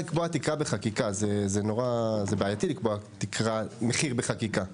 את גם לא יכולה לקבוע תקרה בחקיקה; זה בעייתי לקבוע מחיר בחקיקה.